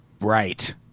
Right